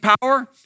power